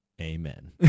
amen